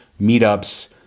meetups